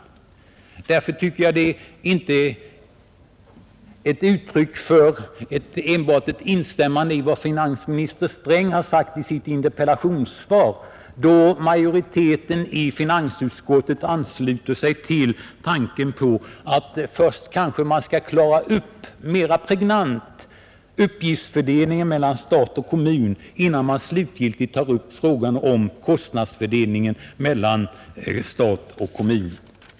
Därför tycker jag inte att det enbart är ett instämmande i vad finansminister Sträng har sagt i sitt interpellationssvar då majoriteten i finansutskottet ansluter sig till tanken att man kanske på ett mera pregnant sätt skall klara ut hur uppgiftsfördelningen mellan stat och kommun skall göras innan man slutgiltigt tar upp frågan om kostnadsfördelningen mellan stat och kommun.